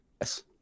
Yes